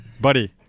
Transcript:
Buddy